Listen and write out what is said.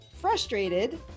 frustrated